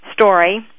story